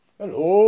Hello